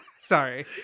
sorry